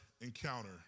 encounter